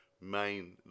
main